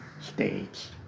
states